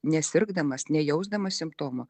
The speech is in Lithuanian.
nesirgdamas nejausdamas simptomų